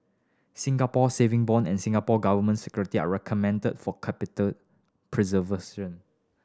Singapore Saving Bond and Singapore Government Security are recommended for capital preservation